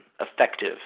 effective